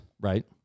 right